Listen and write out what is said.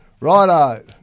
Righto